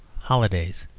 holidays.